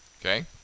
okay